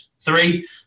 three